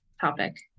topic